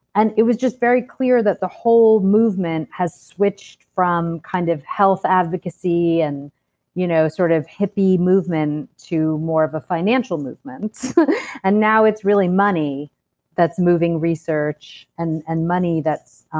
and it was just very clear that the whole movement has switched from kind of health advocacy and you know sort of hippie movement to more of a financial movement and now it's really money that's moving research and and money that's